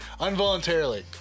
Unvoluntarily